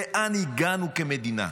לאן הגענו כמדינה?